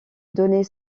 donner